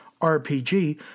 RPG